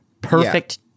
perfect